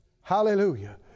Hallelujah